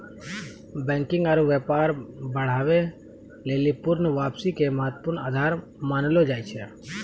banking आरु व्यापार बढ़ाबै लेली पूर्ण वापसी के महत्वपूर्ण आधार मानलो जाय छै